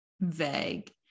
vague